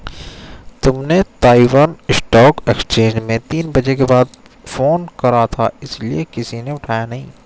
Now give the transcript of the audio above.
तुमने Taiwan stock exchange में तीन बजे के बाद फोन करा था इसीलिए किसी ने उठाया नहीं